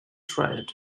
triad